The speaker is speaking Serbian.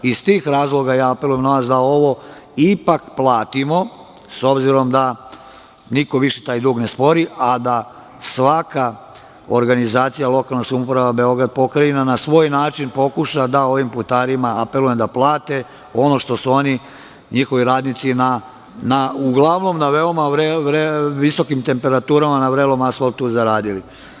Iz tih razloga apelujem na vas da ovo ipak platimo, s obzirom da niko više taj dug ne spori, a da svaka organizacija, lokalna samouprava, Beograd, pokrajina, na svoj način pokuša da ovim putarima plate ono što su oni, njihovi radnici uglavnom na veoma visokim temperaturama na vrelom asfaltu zaradili.